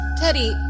Teddy